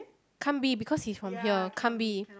can't be because he's from here can't be